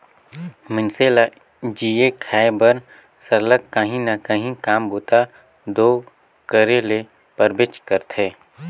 मइनसे ल जीए खाए बर सरलग काहीं ना काहीं काम बूता दो करे ले परबेच करथे